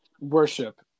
worship